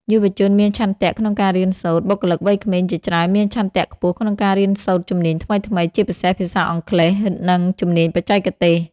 យុវជនមានឆន្ទៈក្នុងការរៀនសូត្រ បុគ្គលិកវ័យក្មេងជាច្រើនមានឆន្ទៈខ្ពស់ក្នុងការរៀនសូត្រជំនាញថ្មីៗ ជាពិសេសភាសាអង់គ្លេស និងជំនាញបច្ចេកទេស។